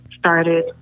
started